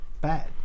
bad